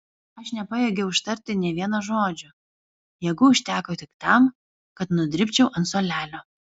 aš nepajėgiau ištarti nė vieno žodžio jėgų užteko tik tam kad nudribčiau ant suolelio